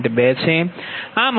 2 છે